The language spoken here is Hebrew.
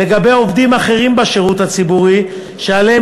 לגבי עובדים אחרים בשירות הציבורי שעליהם